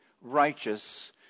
righteous